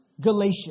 Galatia